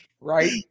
Right